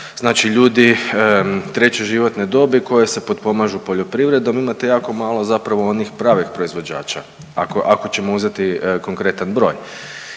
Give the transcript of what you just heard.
znači ljudi treće životne dobi koje se potpomažu poljoprivredom, imate jako malo zapravo onih pravih proizvođača ako ćemo uzeti konkretan broj.